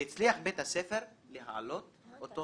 והצליח בית הספר להעלות אותו